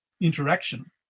interaction